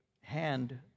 hand